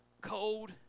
cold